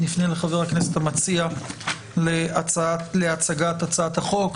נפנה לחבר הכנסת המציע להצגת הצעת החוק,